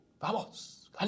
Vamos